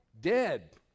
dead